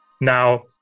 Now